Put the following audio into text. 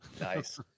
Nice